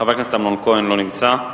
חבר הכנסת אמנון כהן, לא נמצא.